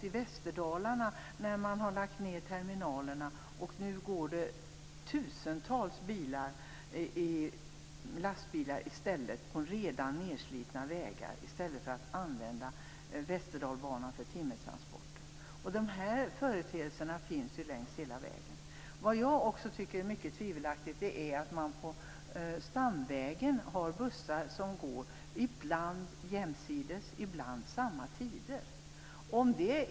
I Västerdalarna, där man har lagt ned terminalerna, går det nu tusentals lastbilar på redan nedslitna vägar, i stället för att man använder Västerdalbanan för timmertransporter. De här företeelserna förekommer längs hela vägen. Något jag tycker är tvivelaktigt är att man på stamvägen har bussar som ibland går jämsides med och ibland samma tider som tåget.